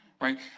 right